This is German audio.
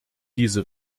diese